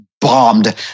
bombed